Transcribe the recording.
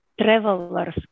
travelers